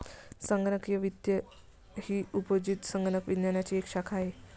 संगणकीय वित्त ही उपयोजित संगणक विज्ञानाची एक शाखा आहे